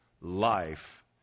life